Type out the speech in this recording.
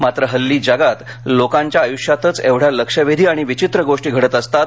मात्र हल्ली जगात लोकांच्या आयुष्यातच एवढ्या लक्षवेधी आणि विचित्र गोष्टी घडत असतात